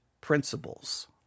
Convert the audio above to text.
principles